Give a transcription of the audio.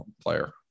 player